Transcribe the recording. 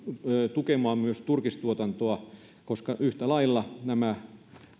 tukemaan myös turkistuotantoa koska yhtä lailla nämä